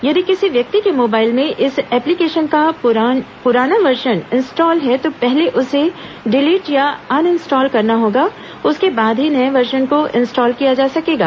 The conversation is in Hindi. यदि किसी व्यक्ति के मोबाइल में इस एप्लीकेशन का प्रान वर्सन इंस्टॉल है तो पहले उसे डिलीट या अनइंस्टॉल करना होगा उसके बाद ही नए वर्सन को इंस्टॉल किया जा सकेगा